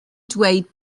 dweud